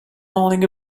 morning